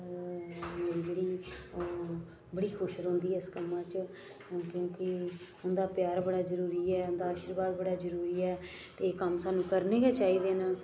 जेह्ड़ी बड़ी खुश रौंह्दी ऐ इस कम्मै च क्योंकि उं'दा प्यार बड़ा जरूरी ऐ उं'दा आशीर्वाद बड़ा जरूरी ऐ ते कम्म सानू करने गै चाहिदे न